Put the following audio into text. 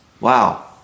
Wow